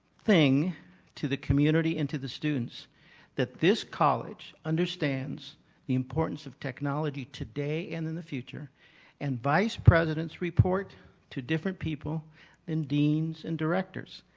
thing to the community and to the student that this college understands the importance of technology today and in the future and vice president's report to different people and deans and directors,